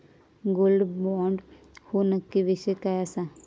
Gold bond ह्यो नक्की विषय काय आसा?